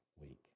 week